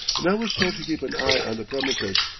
and i was told to keep an eye on the premises.